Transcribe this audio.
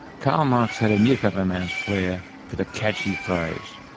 karl marx had a newspaperman's flair for the catchy phrase.